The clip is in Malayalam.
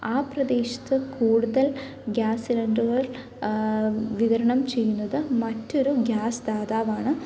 ആ പ്രദേശത്തെ കൂടുതൽ ഗ്യാസ് സിലിണ്ടറുകൾ വിതരണം ചെയ്യുന്നത് മറ്റൊരു ഗ്യാസ് ദാതാവാണ്